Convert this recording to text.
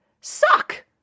suck